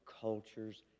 cultures